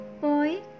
boy